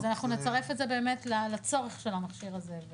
אז אנחנו נצרף את זה באמת לצורך של המכשיר הזה.